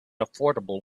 affordable